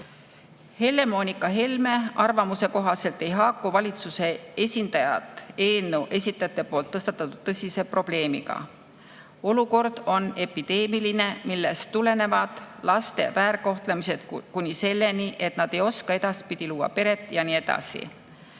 Helle-Moonika Helme arvamuse kohaselt ei haaku valitsuse esindajad eelnõu esitajate tõstatatud tõsise probleemiga. Olukord on epideemiline, sellest tuleneb laste väärkohtlemine, [see viib] kuni selleni, et nad ei oska edaspidi luua peret, ja nii edasi.